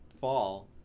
fall